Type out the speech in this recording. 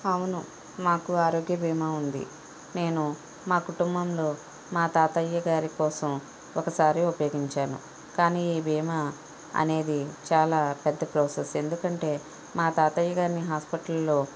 అవును మాకు ఆరోగ్య బీమా ఉంది నేను మా కుటుంబంలో మా తాతయ్య గారి కోసం ఒకసారి ఉపయోగించాము కానీ ఈ బీమా అనేది చాలా పెద్ద ప్రోసెస్ ఎందుకంటే మా తాతయ్య గారిని హాస్పిటల్లో